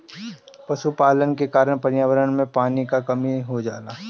पशुपालन के कारण पर्यावरण में पानी क कमी हो जाला